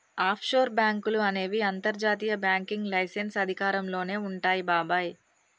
offshore బాంకులు అనేవి అంతర్జాతీయ బ్యాంకింగ్ లైసెన్స్ అధికారంలోనే వుంటాయి బాబాయ్